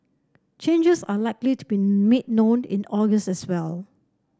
changes are likely to be made known in August as well